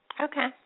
Okay